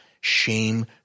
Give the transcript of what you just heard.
shame